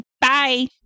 Bye